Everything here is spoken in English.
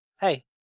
Hey